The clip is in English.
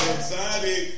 anxiety